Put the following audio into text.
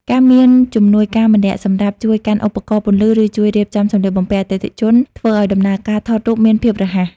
ការមានជំនួយការម្នាក់សម្រាប់ជួយកាន់ឧបករណ៍ពន្លឺ ឬជួយរៀបចំសម្លៀកបំពាក់អតិថិជន ធ្វើឱ្យដំណើរការថតរូបមានភាពរហ័ស។